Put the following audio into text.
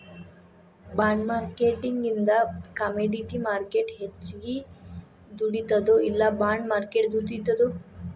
ಬಾಂಡ್ಮಾರ್ಕೆಟಿಂಗಿಂದಾ commodity market ಹೆಚ್ಗಿ ದುಡಿತದೊ ಇಲ್ಲಾ ಬಾಂಡ್ ಮಾರ್ಕೆಟ್ ದುಡಿತದೊ?